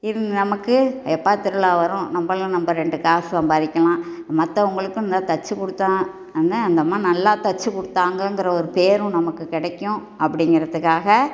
இது நமக்கு எப்போ திருவிழா வரும் நம்மளும் நம்ம ரெண்டு காசு சம்பாரிக்கலாம் மற்றவுங்களுக்கும் நல்லா தைச்சிக் கொடுத்தோம்னு அந்த அம்மா நல்லா தைச்சிக் கொடுத்தாங்க இங்குற ஒரு பேரும் நமக்கு கிடைக்கும் அப்படின்றதுக்காக